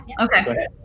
Okay